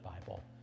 bible